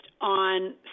on